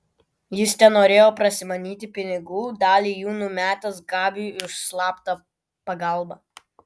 jis tenorėjo prasimanyti pinigų dalį jų numetęs gabiui už slaptą pagalbą